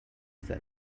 زنه